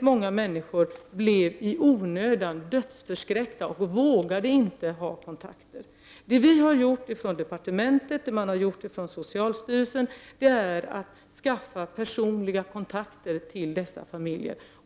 Många människor blev i onödan dödsförskräckta och vågade inte ha kontakter. Vi har från departementets sida och hos socialstyrelsen skaffat fram per sonliga kontakter åt dessa familjer.